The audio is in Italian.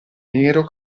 nero